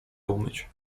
umyć